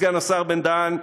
סגן השר בן-דהן,